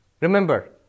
remember